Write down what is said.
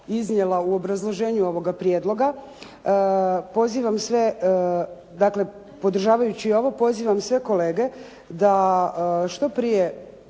iznijela u obrazloženju ovoga prijedloga podržavajući ovo pozivam sve kolege da što prije